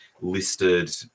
listed